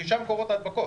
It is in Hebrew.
כי שם קורות ההדבקות.